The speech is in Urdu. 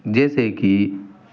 جیسے کہ